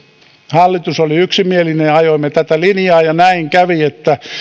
hallitus oli yksimielinen ja ajoimme tätä linjaa ja näin kävi että